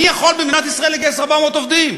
מי יכול במדינת ישראל לגייס 400 עובדים?